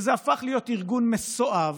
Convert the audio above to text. זה הפך להיות ארגון מסואב,